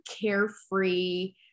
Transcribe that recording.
carefree